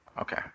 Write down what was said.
Okay